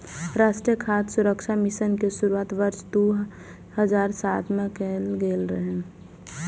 राष्ट्रीय खाद्य सुरक्षा मिशन के शुरुआत वर्ष दू हजार सात मे कैल गेल रहै